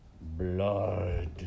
Blood